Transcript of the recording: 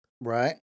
Right